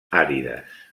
àrides